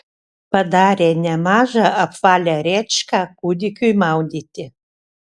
padarė nemažą apvalią rėčką kūdikiui maudyti